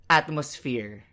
atmosphere